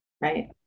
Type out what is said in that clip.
right